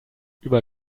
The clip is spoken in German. über